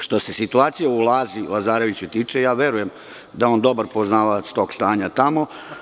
Što se situacije u Lazi Lazarević tiče, verujem da je on dobar poznavalac tog stanja tamo.